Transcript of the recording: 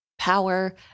Power